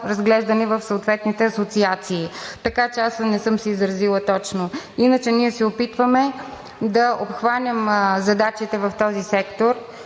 разглеждане в съответните асоциации, така че аз не съм се изразила точно. Иначе ние се опитваме да обхванем задачите в този сектор,